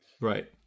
Right